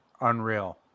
Unreal